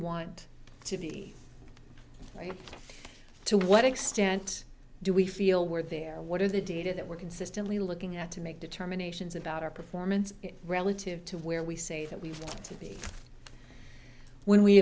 want to be right now to what extent do we feel we're there what is the data that we're consistently looking at to make determinations about our performance relative to where we say that we have to be when we